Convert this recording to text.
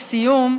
לסיום,